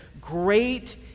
Great